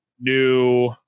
new